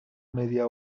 media